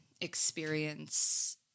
experience